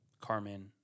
Carmen